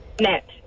Net